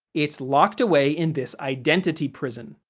it's locked away in this identity prison.